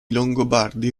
longobardi